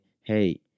hey